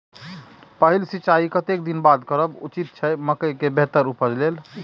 पहिल सिंचाई कतेक दिन बाद करब उचित छे मके के बेहतर उपज लेल?